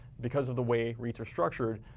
because of the way reits are structured,